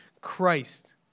Christ